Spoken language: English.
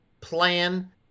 plan